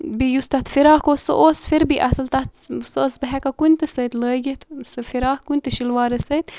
بیٚیہِ یُس تَتھ فِراک اوس سُہ اوس پھر بی اَصٕل تَتھ سُہ ٲسٕس بہٕ ہیکان کُنہِ تہِ سۭتۍ لٲگِتھ سُہ فِراک کُنہِ تہِ شلوارَس سۭتۍ